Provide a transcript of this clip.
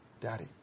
Daddy